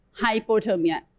hypothermia